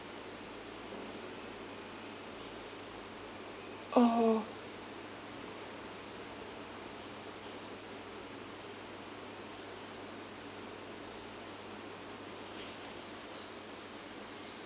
orh